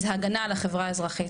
זה הגנה על החברה האזרחית,